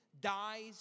dies